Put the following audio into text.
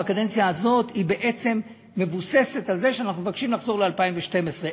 בקדנציה הזאת בעצם מבוסס על זה שאנחנו מבקשים לחזור ל-2012.